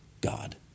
God